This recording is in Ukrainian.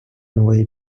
нової